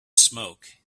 smoke